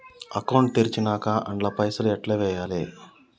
Account తెరిచినాక అండ్ల పైసల్ ఎట్ల వేయాలే?